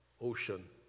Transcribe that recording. ocean